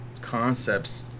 concepts